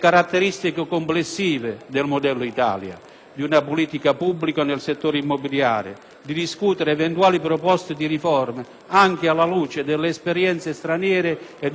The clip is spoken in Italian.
di una politica pubblica nel settore immobiliare, di discutere di eventuali proposte di riforma anche alla luce delle esperienze straniere e degli orientamenti dell'Unione europea,